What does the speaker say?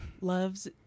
loves